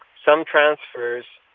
some transfers